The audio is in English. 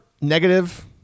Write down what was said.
negative